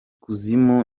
kuzimu